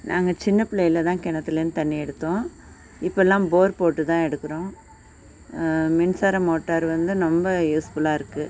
நாங்கள் சின்ன பிள்ளையில தான் குணத்துலருந்து தண்ணி எடுத்தோம் இப்போலாம் போர் போட்டுத்தான் எடுக்கிறோம் மின்சார மோட்டார் வந்து ரொம்ப யூஸ்ஃபுல்லாக இருக்கு